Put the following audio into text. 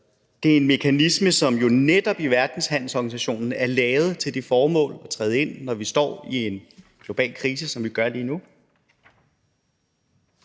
Det er en mekanisme, som jo netop i verdenshandelsorganisationen er lavet til det formål at træde i værk, når vi står i en global krise, som vi gør lige nu.